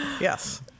Yes